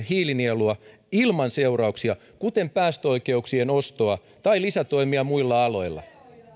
hiilinielua ilman seurauksia kuten päästöoikeuksien ostoa tai lisätoimia muilla aloilla